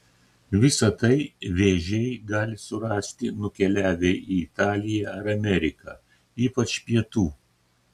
visa tai vėžiai gali surasti nukeliavę į italiją ar ameriką ypač pietų